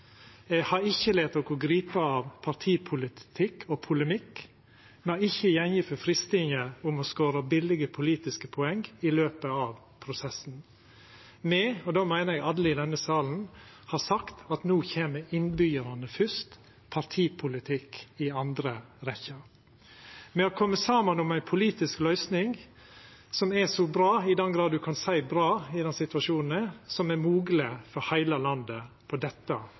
har ikkje late oss gripa av partipolitikk og -polemikk, har ikkje falle for freistinga å skåra billege politiske poeng i løpet av prosessen. Me – og då meiner eg alle i denne salen – har sagt at no kjem innbyggjarane fyrst, partipolitikk i andre rekkje. Me har kome saman om ei politisk løysing som er så bra – i den grad ein kan seia «bra» i den situasjonen som er – som mogleg for heile landet på dette